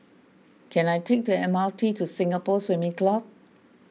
can I take the M R T to Singapore Swimming Club